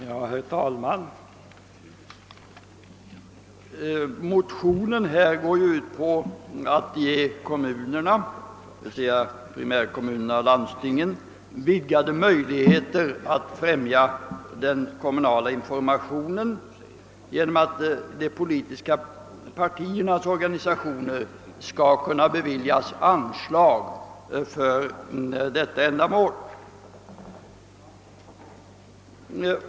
Herr talman! I det föreliggande motionsparet föreslås att primärkommunerna och landstingen skall ges vidgade möjligheter att främja den kommunala informationen genom att de politiska partiernas organisationer skall kunna beviljas anslag för detta ändamål.